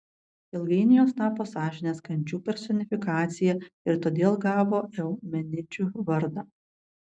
ilgainiui jos tapo sąžinės kančių personifikacija ir todėl gavo eumenidžių vardą